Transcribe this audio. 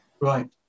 Right